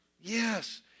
Yes